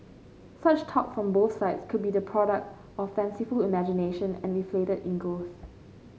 such talk from both sides could be the product of fanciful imagination and inflated egos